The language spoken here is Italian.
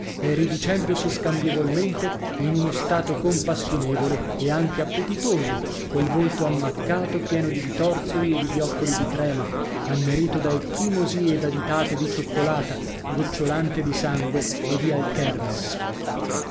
e riducendosi scambievolmente in uno stato compassionevole e anche appetitoso col volto ammaccato pieno di bitorzoli e di bioccoli di crema annerito da ecchimosi e da ditate di cioccolata gocciolante di sangue e dì alkermes ne